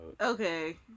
Okay